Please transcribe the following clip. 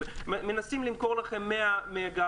מנסים למכור לכם 100 מגה,